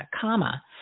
comma